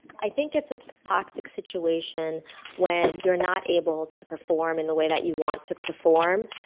i think it's a toxic situation when you're not able to perform in the way that you want to perform,